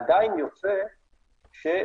עדיין יוצא שבסבירות